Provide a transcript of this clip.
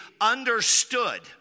understood